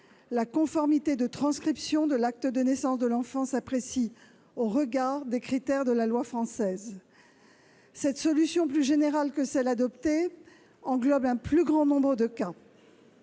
la conformité de la transcription de l'acte de naissance de l'enfant s'apprécie au regard des critères de la loi française. Cette solution, plus générale que celle qui a été adoptée, englobe un plus grand nombre de cas.